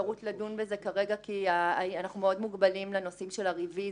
אפשרות לדון בזה כרגע כי אנחנו מאוד מוגבלים לנושאים של הרביזיה.